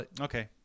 Okay